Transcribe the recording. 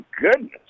goodness